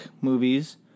movies